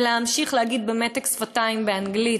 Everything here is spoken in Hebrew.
ולהמשיך להגיד במתק שפתיים באנגלית